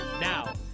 Now